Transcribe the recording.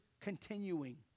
continuing